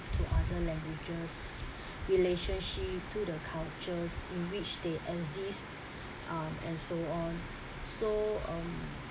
to other languages relationship to the culture in which they exist um and so on so um